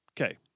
Okay